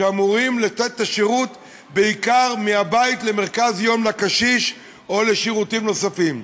שאמורות לתת את השירות בעיקר מהבית למרכז יום לקשיש או לשירותים נוספים.